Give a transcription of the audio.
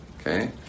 Okay